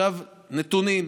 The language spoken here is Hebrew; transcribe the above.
עכשיו, נתונים,